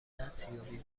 دستیابی